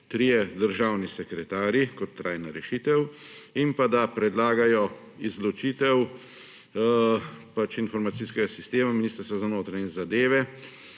trije državni sekretarji kot trajna rešitev in pa da predlagaj izločitev informacijskega sistema Ministrstva za notranje zadeve